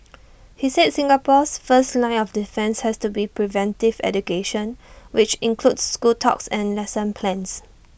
he said Singapore's first line of defence has to be preventive education which includes school talks and lesson plans